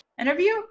interview